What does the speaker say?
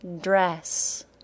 Dress